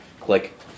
Click